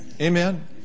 Amen